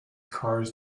cars